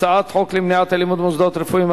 הצעת חוק למניעת אלימות במוסדות רפואיים,